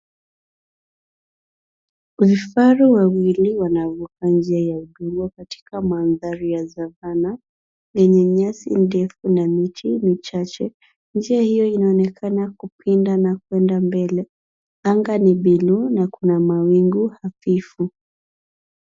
Vifaru wawili wanavuka njia ya udongo katika mandhari ya Savana lenye nyasi ndefu na miti michache. Njia hiyo inaonekana kupinda na kuenda mbele. Anga ni bluu na kuna mawingu hafifu.